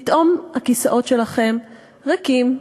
פתאום הכיסאות שלכם ריקים.